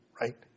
right